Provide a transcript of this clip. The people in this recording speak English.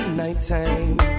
nighttime